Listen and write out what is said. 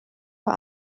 vor